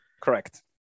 Correct